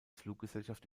fluggesellschaft